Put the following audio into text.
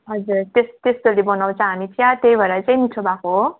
हजुर त्यस्तो त्यस्तोहरूले बनाउँछ हामी चिया त्यही भएर चाहिँ मिठो भएको हो